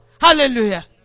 Hallelujah